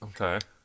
Okay